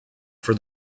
for